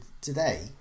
today